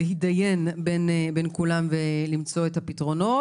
להתברר בין כולם ולמצוא את פתרונן.